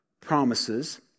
promises